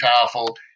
powerful